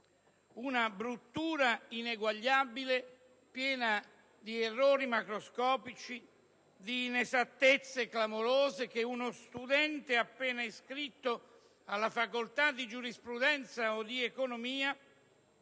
una bruttura ineguagliabile, piena di errori macroscopici e di inesattezze clamorose, che uno studente appena iscritto alla Facoltà di giurisprudenza o di economia